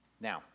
Now